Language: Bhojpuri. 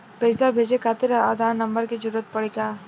पैसे भेजे खातिर आधार नंबर के जरूरत पड़ी का?